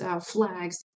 flags